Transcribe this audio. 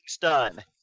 done